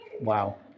Wow